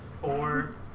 four